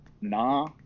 nah